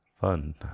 fun